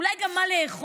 אולי גם מה לאכול.